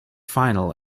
final